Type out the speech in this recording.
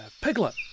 piglet